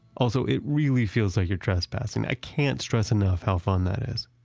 also, it really feels like you're trespassing. i can't stress enough how fun that is